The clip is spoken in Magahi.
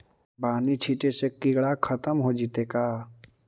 बानि छिटे से किड़ा खत्म हो जितै का?